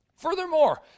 Furthermore